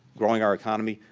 growing our economy,